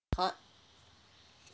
clap